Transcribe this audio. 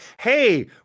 hey